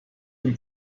dem